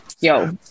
Yo